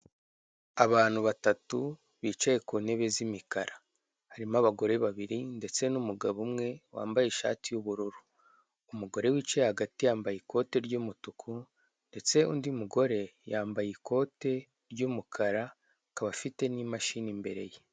Abantu batatu bicaye ku ntebe z'imikara, harimo abagore babiri ndetse n'umugabo umwe wambaye ishati y'ubururu, umugore wicaye hagati yambaye ikote ry'umutuku ndetse undi mugore yambaye ikote ry'umukara akaba afite n'imashini imbere ye.